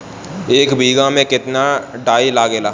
एक बिगहा में केतना डाई लागेला?